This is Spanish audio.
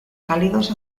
cálidos